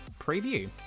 preview